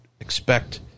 expect